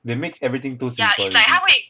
they make everything too simple already